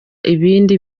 ibindi